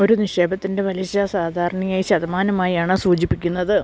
ഒരു നിക്ഷേപത്തിൻ്റെ പലിശ സാധാരണയായി ശതമാനമായാണ് സൂചിപ്പിക്കുന്നത്